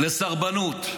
לסרבנות,